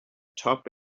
top